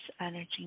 energy